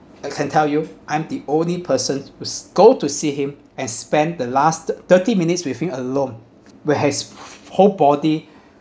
I can tell you I'm the only person who's go to see him and spent the last thirty minutes with him alone whereas whole body